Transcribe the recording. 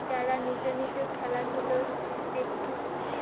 যারা নিজ নিজে খেলাধুলো একটু